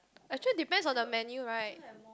actually depends on the menu right